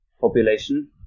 population